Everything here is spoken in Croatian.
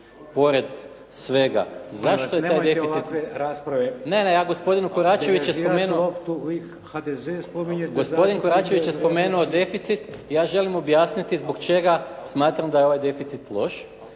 Gordan (SDP)** Ne, ne, ja, gospodin Koračević je spomenuo, gospodin Koračević je spomenuo deficit, ja želim objasniti zbog čega smatram da je ovaj deficit loš,